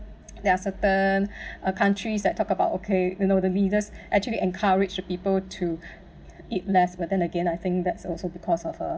there are certain uh countries that talk about okay you know the leaders actually encourage people to eat less but then again I think that's also because of uh